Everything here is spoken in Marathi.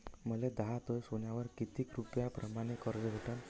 मले दहा तोळे सोन्यावर कितीक रुपया प्रमाण कर्ज भेटन?